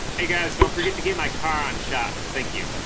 hey guys don't forget to get my car on shot thank you